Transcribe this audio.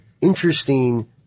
interesting